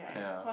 yeah